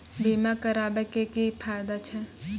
बीमा कराबै के की फायदा छै?